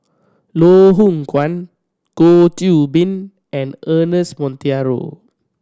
Loh Hoong Kwan Goh Qiu Bin and Ernest Monteiro